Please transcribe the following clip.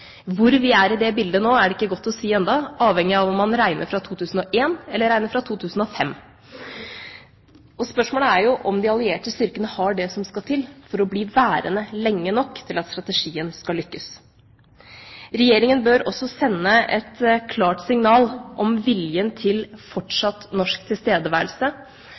Hvor vi er i det bildet nå, er det ikke godt å si ennå, avhengig av om man regner fra 2001 eller fra 2005. Spørsmålet er jo om de allierte styrkene har det som skal til for å bli værende lenge nok til at strategien skal lykkes. Regjeringa bør også sende et klart signal om viljen til fortsatt norsk tilstedeværelse